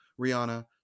Rihanna